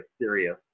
serious